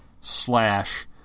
slash